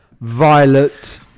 violet